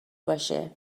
باشه